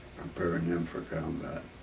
preparing them for combat.